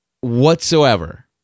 whatsoever